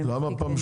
למה פעם בשבוע?